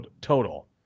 total